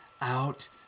out